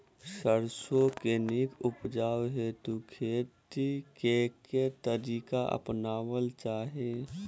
सैरसो केँ नीक उपज हेतु खेती केँ केँ तरीका अपनेबाक चाहि?